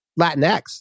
Latinx